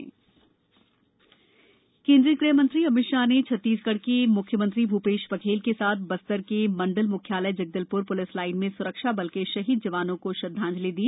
छत्तीसगढ अमित शाह केन्द्रीय गृहमंत्री अमित शाह ने छत्तीसगढ के मुख्यमंत्री भूऐश बघेल के साथ बस्तर के मंडल म्ख्यालय जगदलप्र प्लिस लाइन में स्रक्षा बल के शहीद जवानों को श्रद्धांजलि दी